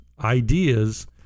ideas